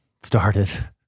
started